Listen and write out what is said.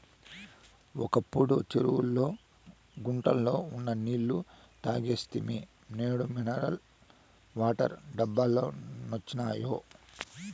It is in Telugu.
ఒకప్పుడు చెరువుల్లో గుంటల్లో ఉన్న నీళ్ళు తాగేస్తిమి నేడు మినరల్ వాటర్ డబ్బాలొచ్చినియ్